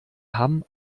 hamm